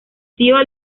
tío